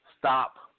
Stop